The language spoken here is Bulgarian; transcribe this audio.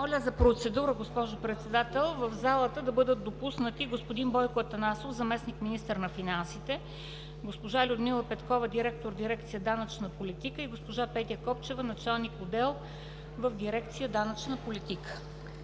Моля за процедура, госпожо Председател, в залата да бъдат допуснати господин Бойко Атанасов – заместник-министър на финансите, госпожа Людмила Петкова – директор на дирекция „Данъчна политика“, и госпожа Петя Копчева – началник-отдел в дирекция „Данъчна политика“.